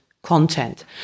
content